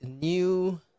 new